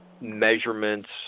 measurements